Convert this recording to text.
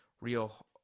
real